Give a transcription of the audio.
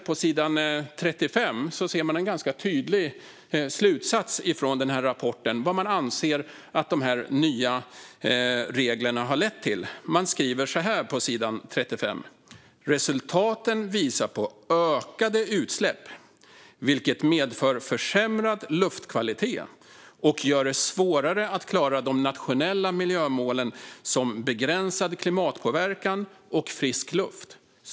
På sidan 35 i rapporten finns en ganska tydlig slutsats angående vad de nya reglerna har lett till: "Resultaten visar på ökade utsläpp vilket medför försämrad luftkvalitet och gör det svårare att klara de nationella miljömålen som Begränsad klimatpåverkan och Frisk luft ."